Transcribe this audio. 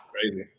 Crazy